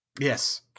yes